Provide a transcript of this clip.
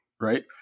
Right